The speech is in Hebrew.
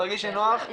תרגישי נוח,